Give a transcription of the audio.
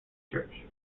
church